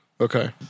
Okay